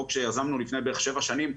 חוק שיזמנו לפני בערך שבע שנים,